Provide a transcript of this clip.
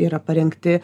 yra parengti